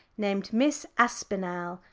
named miss aspinall,